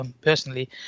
Personally